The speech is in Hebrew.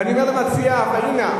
ואני אומר למציעה פאינה,